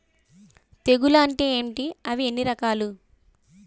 తెగులు అంటే ఏంటి అవి ఎన్ని రకాలు?